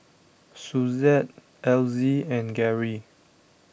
Suzette Elzy and Gary